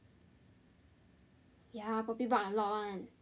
ya poppy bark a lot one